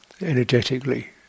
Energetically